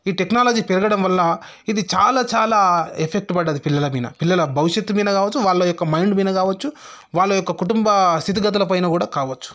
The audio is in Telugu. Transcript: ఈ టెక్నాలజీ పెరగడం వల్ల ఇది చాలా చాలా ఎఫెక్ట్ పడ్డది పిల్లల మీద పిల్లల భవిష్యత్తు మింద కావచ్చు వాళ్ళ యొక్క మైండ్ మీద కావచ్చు వాళ్ళ యొక్క కుటుంబ స్థితిగతుల పైన కూడా కావచ్చు